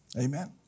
Amen